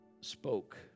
spoke